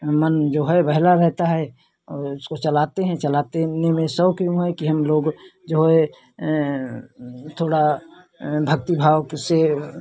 मन जो है बहला रहता है और उसको चलाते हैं चलाते ने में शौक यूँ है कि हम लोग जो है थोड़ा भक्ति भाव के से